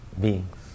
beings